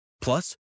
Plus